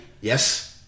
Yes